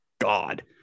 god